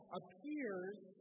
appears